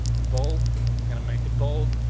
bold was gonna make it bold.